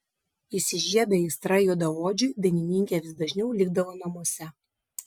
įsižiebė aistra juodaodžiui dainininkė vis dažniau likdavo namuose